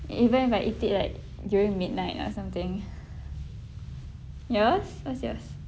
even I eat it like during midnight or something yours what yours